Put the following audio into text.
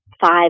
five